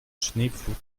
schneepflug